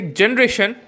generation